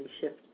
shift